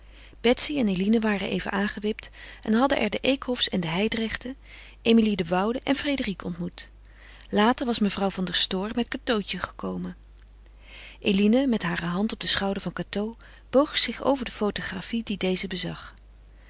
betsy en eline waren even aangewipt en hadden er de eekhofs en de hijdrechten emilie de woude en frédérique ontmoet later was mevrouw van der stoor met cateautje gekomen eline met hare hand op den schouder van cateau boog zich over de fotografie die deze bezag